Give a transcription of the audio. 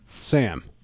Sam